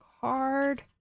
card